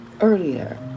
earlier